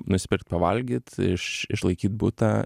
nusipirkt pavalgyt iš išlaikyt butą